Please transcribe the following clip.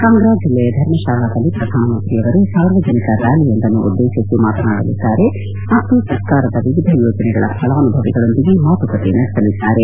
ಕಾಂಗ್ರಾ ಜಿಲ್ಲೆಯ ಧರ್ಮತಾಲಾದಲ್ಲಿ ಪ್ರಧಾನ ಮಂತ್ರಿಯವರು ಸಾರ್ವಜನಿಕ ರ್ಯಾಲಿಯೊಂದನ್ನು ಉದ್ದೇತಿಸಿ ಮಾತನಾಡಲಿದ್ದಾರೆ ಮತ್ತು ಸರ್ಕಾರದ ವಿವಿಧ ಯೋಜನೆಗಳ ಫಲಾನುಭವಿಗಳೊಂದಿಗೆ ಮಾತುಕತೆ ನಡೆಸಲಿದ್ದಾರೆ